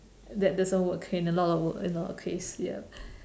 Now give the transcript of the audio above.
that doesn't work in a lot of work in a lot of case ya